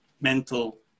mental